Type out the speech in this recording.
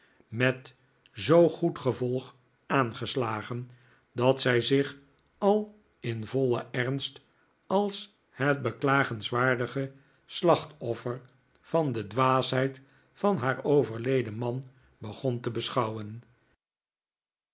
met zoo goed gevolg aangeslagen dat zij zich al in vollen ernst als het beklagenswaardige slachtoffer van de dwaasheid van haar overleden man begon te beschouwen